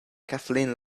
kathleen